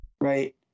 right